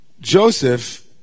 Joseph